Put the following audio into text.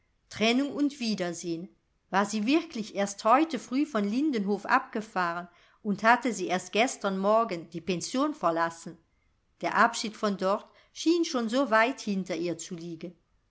trennung und wiedersehn war sie wirklich erst heute früh von lindenhof abgefahren und hatte sie erst gestern morgen die pension verlassen der abschied von dort schien schon so weit hinter ihr zu liegen